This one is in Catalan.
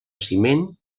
ciment